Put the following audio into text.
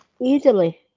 Easily